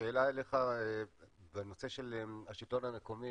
שאלה אליך בנושא של השלטון המקומי,